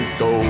go